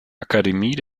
akademie